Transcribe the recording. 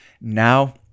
now